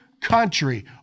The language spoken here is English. country